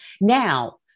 Now